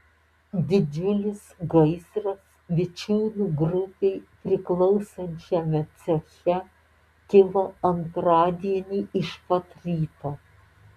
didžiulis gaisras vičiūnų grupei priklausančiame ceche kilo antradienį iš pat ryto